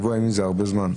שבוע ימים זה הרבה זמן.